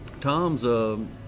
Tom's, –